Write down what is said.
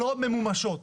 לא ממומשות.